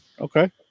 Okay